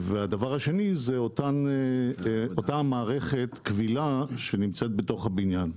ודבר שני, אותה מערכת כבילה שנמצאת בתוך הבניין.